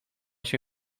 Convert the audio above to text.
się